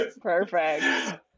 Perfect